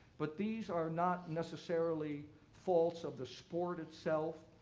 but these are not necessarily faults of the sport itself,